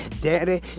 Daddy